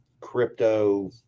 crypto